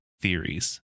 theories